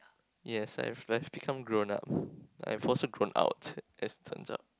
yes I have I have become grown up I've also grown out as it turns out